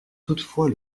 toutefois